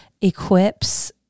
equips